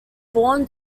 born